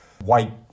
white